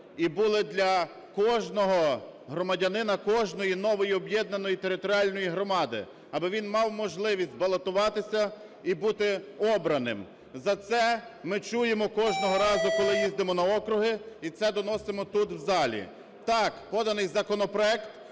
і були для кожного громадянина кожної нової об'єднаної територіальної громади, аби він мав можливість балотуватися і бути обраним. За це ми чуємо кожного разу, коли їздимо на округи, і це доносимо тут, в залі. Так, поданий законопроект